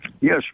Yes